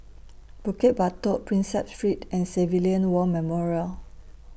Bukit Batok Prinsep Street and Civilian War Memorial